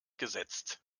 gesetzt